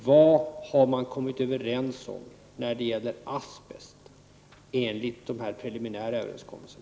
Vad har man kommit överens om när det gäller asbest enligt dessa preliminära överenskommelser?